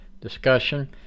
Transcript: discussion